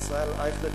וישראל אייכלר,